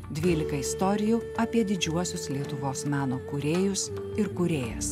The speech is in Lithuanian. dvylika istorijų apie didžiuosius lietuvos meno kūrėjus ir kūrėjas